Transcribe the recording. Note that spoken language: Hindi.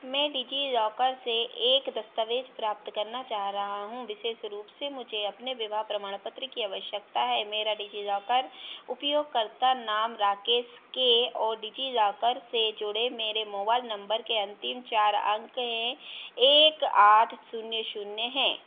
मैं डिज़िलॉकर से एक दस्तावेज़ प्राप्त करना चाह रहा हूँ विशेष रूप से मुझे अपने विवाह प्रमाणपत्र की आवश्यकता है मेरा डिज़िलॉकर उपयोगकर्ता नाम राकेश के और डिज़िलॉकर से जुड़े मेरे मोबाइल नम्बर के अन्तिम चार अंक हैं एक आठ शून्य शून्य हैं